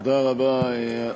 תודה רבה.